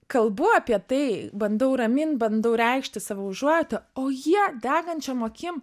kalbu apie tai bandau ramint bandau reikšti savo užuojautą o jie degančiom akim